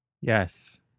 Yes